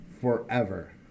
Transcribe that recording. forever